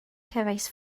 cefais